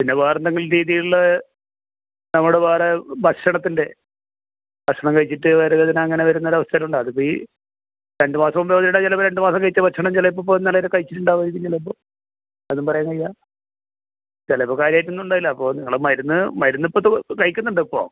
പിന്നെ വേറെയെന്തെങ്കിലും രീതികളിൽ നമ്മുടെ വേറെ ഭക്ഷണത്തിൻ്റെ ഭക്ഷണം കഴിച്ചിട്ട് വയറു വേദന അങ്ങനെ വരുന്നൊരവസരം ഉണ്ടാകും അതിപ്പം ഈ രണ്ട് മാസം മുമ്പേ വന്നിട്ടുണ്ടെങ്കിൽ ചിലപ്പോൾ രണ്ട് മാസം കഴിച്ച ഭക്ഷണം ചിലപ്പോൾ ഇപ്പോൾ ഇന്നലെ വരെ കഴിച്ചിട്ടുണ്ടാകുമായിരിക്കും ചിലപ്പോൾ അതും പറയാൻ വയ്യ ചിലപ്പോൾ കാര്യമായിട്ടൊന്നും ഉണ്ടാവില്ല അപ്പോൾ നിങ്ങൾ മരുന്ന് മരുന്നിപ്പോഴത് കഴിക്കുന്നുണ്ടോ ഇപ്പോൾ